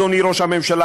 אדוני ראש הממשלה,